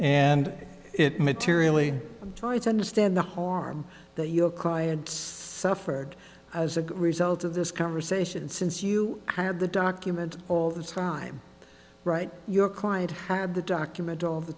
and it materially try to understand the harm that your client suffered as a result of this conversation since you hired the document all the time right your client had the document all the